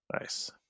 Nice